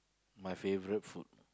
my favourite food